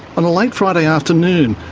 on a late friday afternoon,